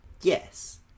Yes